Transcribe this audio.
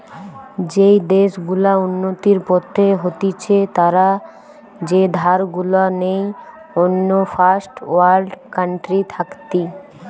যেই দেশ গুলা উন্নতির পথে হতিছে তারা যে ধার গুলা নেই অন্য ফার্স্ট ওয়ার্ল্ড কান্ট্রি থাকতি